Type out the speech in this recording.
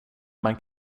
men